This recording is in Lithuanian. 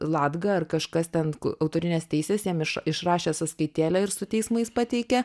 latga ar kažkas ten autorinės teisės jam iš šrašė sąskaitėlę ir su teismais pateikė